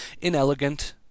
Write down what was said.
inelegant